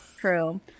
true